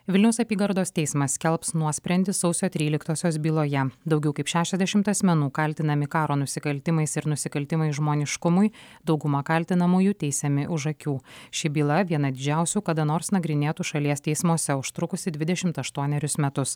vilniaus apygardos teismas skelbs nuosprendį sausio tryliktosios byloje daugiau kaip šešiasdešimt asmenų kaltinami karo nusikaltimais ir nusikaltimais žmoniškumui dauguma kaltinamųjų teisiami už akių ši byla viena didžiausių kada nors nagrinėtų šalies teismuose užtrukusi dvidešimt aštuonerius metus